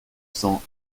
cents